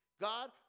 God